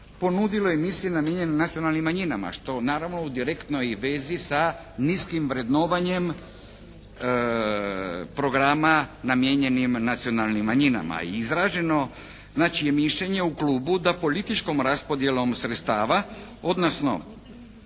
ponudilo emisije namijenjene nacionalnim manjinama što naravno u direktnoj je vezi sa niskim vrednovanjem programa namijenjenim nacionalnim manjinama. I izraženo znači je mišljenje u Klubu da političkom raspodjelom sredstava odnosno